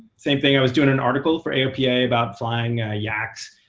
same thing, i was doing an article for aopa about flying ah yaks.